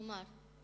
כלומר,